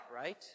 right